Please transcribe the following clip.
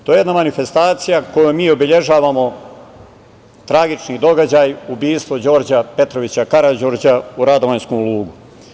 To je jedna manifestacija kojom mi obeležavamo tragični događaj – ubistvo Đorđa Petrovića Karađorđa u Radovanjskom lugu.